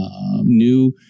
new